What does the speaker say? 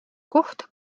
koht